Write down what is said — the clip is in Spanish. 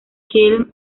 kim